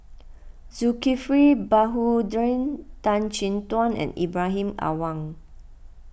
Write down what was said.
Zulkifli Baharudin Tan Chin Tuan and Ibrahim Awang